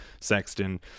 Sexton